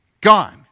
Gone